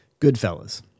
Goodfellas